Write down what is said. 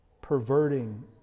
perverting